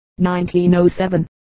1907